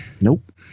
Nope